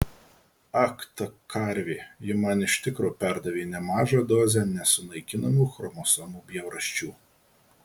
ak ta karvė ji man iš tikro perdavė nemažą dozę nesunaikinamų chromosomų bjaurasčių